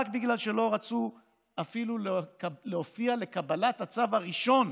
רק בגלל שלא רצו אפילו להופיע לצו הראשון,